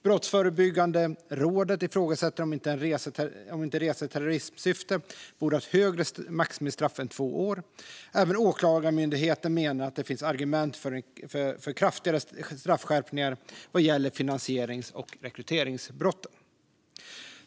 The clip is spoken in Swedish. Brottsförebyggande rådet ifrågasätter om inte resa i terrorismsyfte borde ha ett högre maximistraff än två år. Även Åklagarmyndigheten menar att det finns argument för kraftigare straffskärpningar vad gäller finansierings och rekryteringsbrotten.